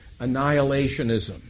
annihilationism